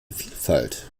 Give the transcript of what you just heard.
vielfalt